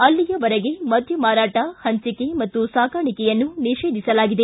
ಅಲ್ಲಿಯವರೆಗೆ ಮದ್ಯ ಮಾರಾಟ ಹಂಚಿಕೆ ಮತ್ತು ಸಾಗಣಿಕೆಯನ್ನು ನಿಷೇಧಿಸಲಾಗಿದೆ